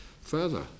Further